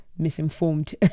misinformed